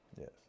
Yes